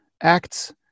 acts